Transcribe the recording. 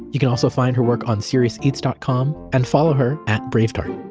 you can also find her work on seriouseats dot com and follow her at bravetart.